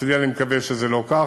אצלי אני מקווה שזה לא כך.